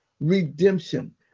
redemption